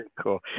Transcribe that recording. cool